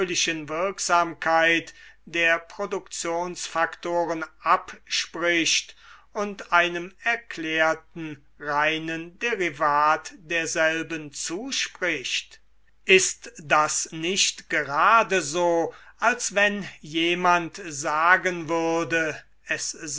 wirksamkeit der produktionsfaktoren abspricht und einem erklärten reinen derivat derselben zuspricht ist das nicht gerade so als wenn jemand sagen würde es